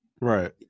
Right